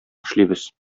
эшлибез